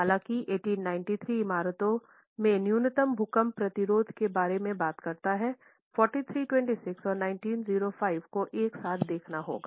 हालांकि 1893 इमारतों में न्यूनतम भूकंप प्रतिरोध के बारे में बात करता है 4326 और 1905 को एक साथ देखना होगा